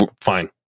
fine